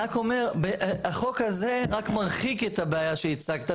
אני רק אומר שהחוק הזה רק מרחיק את הבעיה שהצגת.